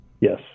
Yes